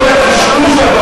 וכל הקשקוש,